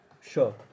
Sure